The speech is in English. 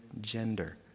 gender